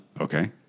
Okay